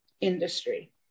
industry